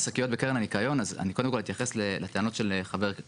ואנחנו לא רוצים לטרפד.